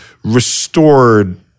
restored